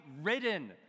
ridden